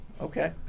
Okay